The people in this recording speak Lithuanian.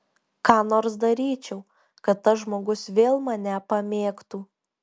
ką nors daryčiau kad tas žmogus vėl mane pamėgtų